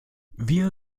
wir